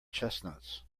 chestnuts